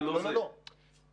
אבל זה לא אנרגיה מתחדשת.